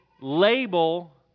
label